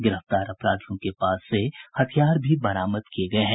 गिरफ्तार अपराधियों के पास से हथियार भी बरामद किये गये हैं